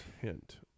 hint